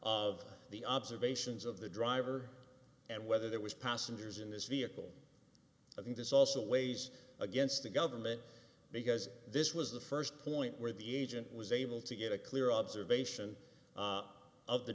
of the observations of the driver and whether there was passengers in this vehicle i think this also weighs against the government because this was the first point where the agent was able to get a clear observation of the